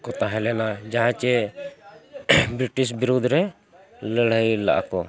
ᱠᱚ ᱛᱟᱦᱮᱸ ᱞᱮᱱᱟ ᱡᱟᱦᱟᱸᱭ ᱪᱮᱫ ᱵᱨᱤᱴᱤᱥ ᱵᱤᱨᱩᱫᱽ ᱨᱮ ᱞᱟᱹᱲᱦᱟᱹᱭ ᱞᱟᱜ ᱟᱠᱚ